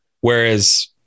Whereas